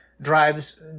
drives